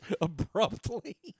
abruptly